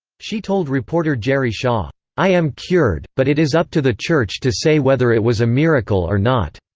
she told reporter gerry shaw. i am cured, but it is up to the church to say whether it was a miracle or not.